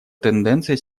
тенденция